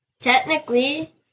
Technically